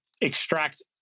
extract